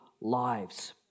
lives